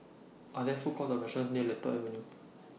Are There Food Courts Or restaurants near Lentor Avenue